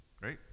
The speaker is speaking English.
great